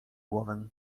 głowę